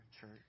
church